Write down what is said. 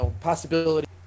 possibility